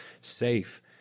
safe